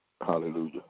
Hallelujah